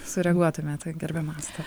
sureaguotumėte gerbiama asta